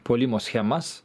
puolimo schemas